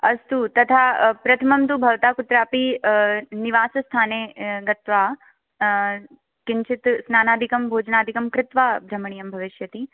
अस्तु तथा प्रथमं तु भवता कुत्रापि निवासस्थाने गत्वा किञ्चित् स्नानादिकं भोजनादिकं कृत्वा भ्रमणीयं भविष्यति